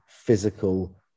physical